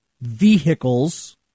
vehicles